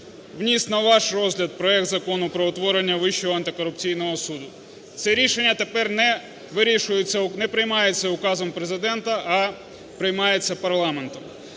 вніс на ваш розгляд проект Закону про утворення Вищого антикорупційного суду. Це рішення тепер не вирішується... не приймається указом Президента, а приймається парламентом.